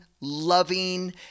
loving